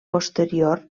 posterior